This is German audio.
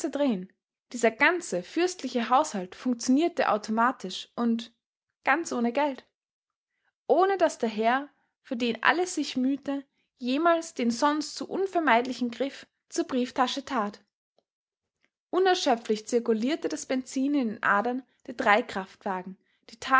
dieser ganze fürstliche haushalt funktionierte automatisch und ganz ohne geld ohne daß der herr für den alles sich mühte jemals den sonst so unvermeidlichen griff zur brieftasche tat unerschöpflich zirkulierte das benzin in den adern der drei kraftwagen die